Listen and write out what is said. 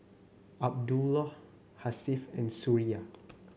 Abdullah Hasif and Suria